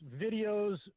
videos